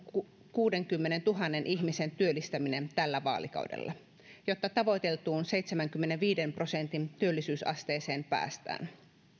kuudenkymmenentuhannen ihmisen työllistäminen tällä vaalikaudella jotta tavoiteltuun seitsemänkymmenenviiden prosentin työllisyysasteeseen päästään